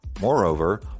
Moreover